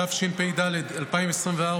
התשפ"ד 2024,